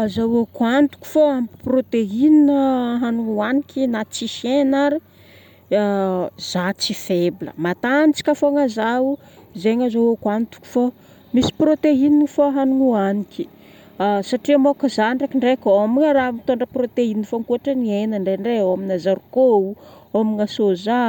Azahoako antoko fô ampy protéine hanigny hohagniko na tsisy hena ary, za tsy faible, matanjaka fogna zaho. Zegny azahoako antoko fô misy protéine fô hanigny nohagniky. Satria moko zaho ndraikindraiky homagna raha mitondra protéine fogna ankoatra ny hena indraindray homagna zarikô, homagna soja.